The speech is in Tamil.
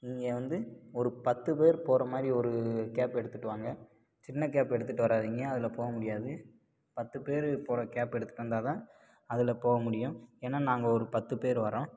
நீங்கள் வந்து ஒரு பத்து பேர் போகற மாதிரி ஒரு கேப் எடுத்துகிட்டு வாங்க சின்ன கேப் எடுத்துகிட்டு வராதீங்க அதில் போக முடியாது பத்து பேர் போகற கேப் எடுத்துகிட்டு வந்தால் தான் அதில் போக முடியும் ஏன்னா நாங்கள் ஒரு பத்து பேர் வரோம்